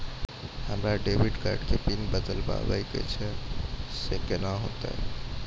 हमरा debit card के PIN बदलबावै के छैं से कौन होतै?